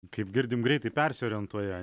kaip girdim greitai persiorientuoja